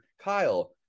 Kyle